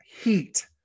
heat